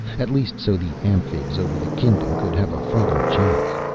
at least, so the amphibs over the kingdom could have a fighting chance.